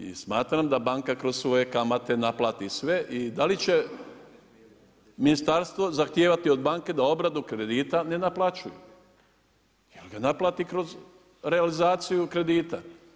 I smatram da banka kroz svoje kamate naplati sve i da li će ministarstvo zahtijevati od banke da obradu kredita ne naplaćuju jer ga naplati kroz realizaciju kredita.